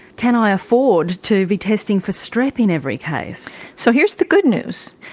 can i afford to be testing for strep in every case? so here's the good news.